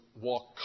walk